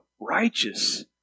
righteous